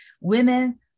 women